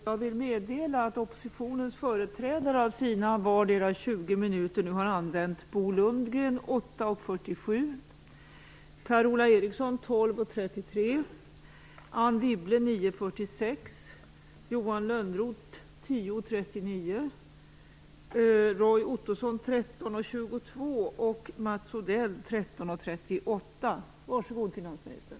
Jag vill meddela att oppositionens företrädare av sina vardera 20 minuters taletid nu har använt följande: Bo Lundgren 8 minuter 47 sekunder, Per-Ola Mats Odell 13 minuter 38 sekunder. Varsågod, finansministern.